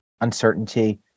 uncertainty